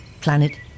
planet